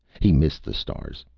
he missed the stars.